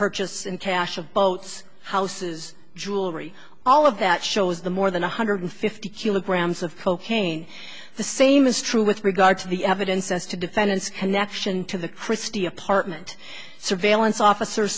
purchase and cash of boats houses jewelry all of that shows the more than one hundred fifty kilograms of cocaine the same is true with regard to the evidence as to defendants connection to the christie apartment surveillance officer